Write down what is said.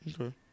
Okay